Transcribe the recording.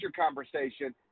conversation